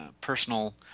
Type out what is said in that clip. personal